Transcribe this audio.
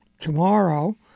tomorrow